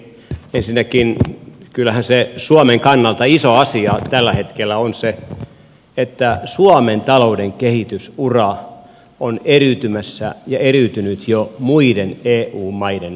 ensinnäkin kyllähän se suomen kannalta iso asia tällä hetkellä on se että suomen talouden kehitysura on eriytymässä ja eriytynyt jo muiden eu maiden vastaavista